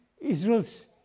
Israel's